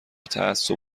تعصب